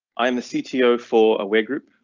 i'm the setio for aware group,